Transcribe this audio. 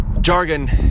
jargon